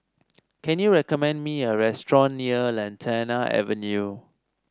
can you recommend me a restaurant near Lantana Avenue